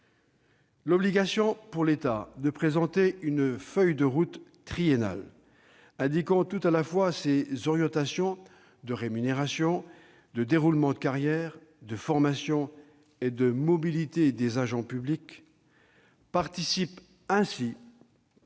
L'obligation pour l'État de présenter une feuille de route triennale indiquant tout à la fois ses orientations en matière de rémunération, de déroulement de carrière, de formation et de mobilité des agents publics participe ainsi, et de manière transversale, au besoin